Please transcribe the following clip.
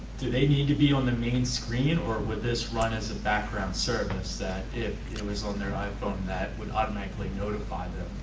do they need to be on the main screen or would this run as a background service that if it was on their iphone that would automatically notify.